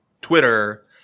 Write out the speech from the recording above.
Twitter